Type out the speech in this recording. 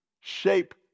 shape